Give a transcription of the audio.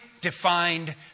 defined